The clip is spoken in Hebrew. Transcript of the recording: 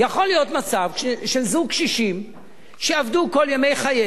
יכול להיות מצב של זוג קשישים שעבדו כל ימי חייהם,